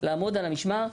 לעמוד על המשמר,